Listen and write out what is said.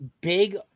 big